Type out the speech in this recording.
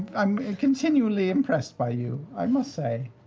i'm continually impressed by you, i must say.